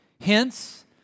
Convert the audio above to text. Hence